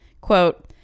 quote